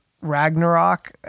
Ragnarok